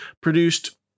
produced